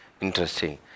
Interesting